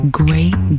great